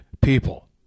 people